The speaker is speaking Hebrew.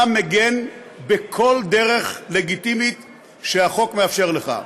אתה מגן בכל דרך לגיטימית שהחוק מאפשר לך.